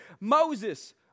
Moses